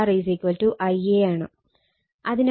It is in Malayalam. അതിനാൽ Ia ആംഗിൾ 120o